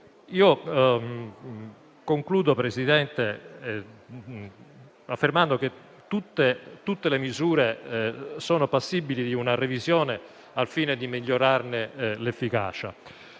concludo affermando che tutte le misure sono passibili di una revisione al fine di migliorarne l'efficacia.